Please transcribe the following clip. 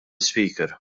ispeaker